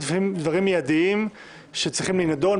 לפעמים בדברים מידיים שצריכים להיות נידונים.